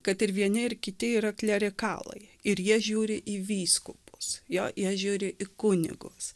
kad ir vieni ir kiti yra klerikalai ir jie žiūri į vyskupus jo jie žiūri į kunigus